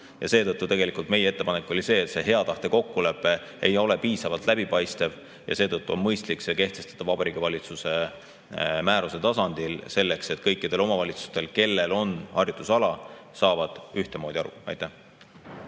Ja tegelikult meie ettepanek oli see, et see hea tahte kokkulepe ei ole piisavalt läbipaistev ja seetõttu on mõistlik see kehtestada Vabariigi Valitsuse määruse tasandil, selleks et kõik omavalitsused, kellel on harjutusala, saaksid ühtemoodi aru. Aitäh!